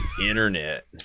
Internet